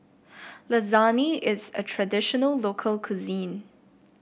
lasagne is a traditional local cuisine